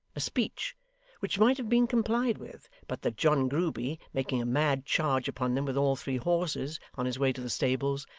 a speech which might have been complied with, but that john grueby, making a mad charge upon them with all three horses, on his way to the stables,